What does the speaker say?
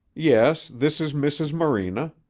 yes. this is mrs. morena.